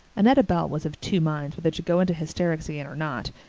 annetta bell was of two minds whether to go into hysterics again or not,